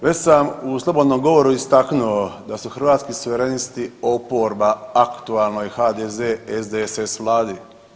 Već sam u slobodnom govoru istaknuo da su Hrvatski suverenisti oporba aktualnoj HDZ-SDSS vladi.